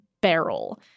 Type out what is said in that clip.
barrel